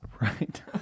right